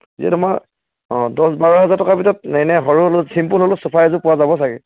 যে তোমাৰ অঁ দছ বাৰ হাজাৰ টকাৰ ভিতৰত এনেই সৰু হ'লেও চিম্পুল হ'লেও চোফা এযোৰ পোৱা যাব চাগে